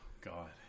God